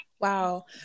wow